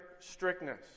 Strictness